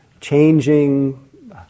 changing